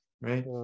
Right